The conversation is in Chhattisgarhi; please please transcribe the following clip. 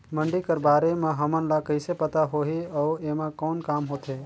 मंडी कर बारे म हमन ला कइसे पता होही अउ एमा कौन काम होथे?